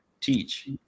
teach